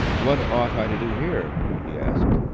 what ought i to do here? he asked.